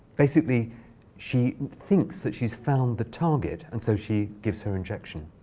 basically she thinks that she's found the target, and so she gives her injection.